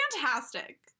fantastic